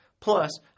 Plus